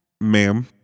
Ma'am